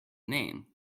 name